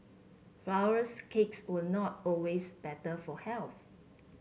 flowers cakes were not always better for health